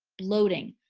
bloating,